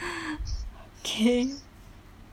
okay